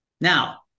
Now